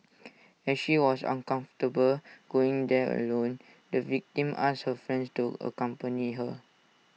as she was uncomfortable going there alone the victim asked her friends to accompany her